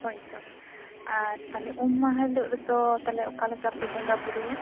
ᱦᱳᱭ ᱛᱚ ᱟᱨ ᱛᱟᱞᱚᱦᱮ ᱩᱢ ᱢᱟᱦᱟ ᱦᱤᱞᱳᱜ ᱨᱮᱫᱚ ᱛᱟᱦᱚᱞᱮ ᱚᱠᱟᱞᱮᱠᱟ ᱯᱮ ᱵᱚᱸᱜᱟ ᱵᱩᱨᱩᱭᱟ